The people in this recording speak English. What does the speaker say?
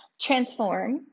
Transform